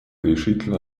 решительно